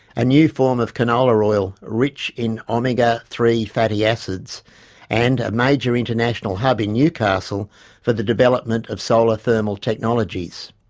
a new form of canola oil rich in omega three fatty acids and, a major international hub in newcastle for the development of solar-thermal technologies.